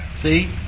See